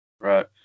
Right